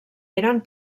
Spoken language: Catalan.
eren